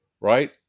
Right